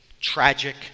Tragic